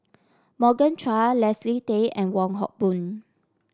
Morgan Chua Leslie Tay and Wong Hock Boon